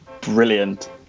brilliant